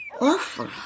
awful